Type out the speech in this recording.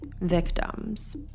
victims